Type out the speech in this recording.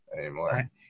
anymore